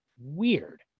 weird